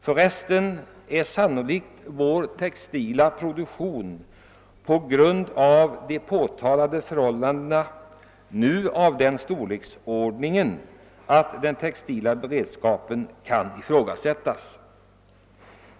För övrigt är sannolikt vår textila produktion redan nu på grund av de påtalade förhållandena av den storleksordningen, att den textila beredskapen kan ifrågasättas.